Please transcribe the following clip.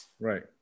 Right